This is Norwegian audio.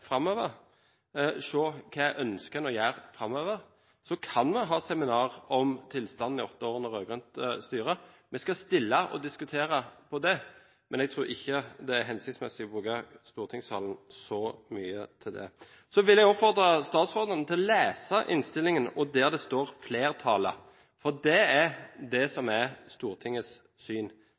framover og se på hva man ønsker å gjøre framover. Så kan vi ha seminar om tilstanden de åtte årene under rød-grønt styre – vi skal stille spørsmål og diskutere det – men jeg tror ikke det er hensiktsmessig å bruke stortingssalen så mye til det. Så vil jeg oppfordre statsråden til å lese innstillingen, der det står «flertallet», for det er det som er Stortingets syn,